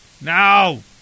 no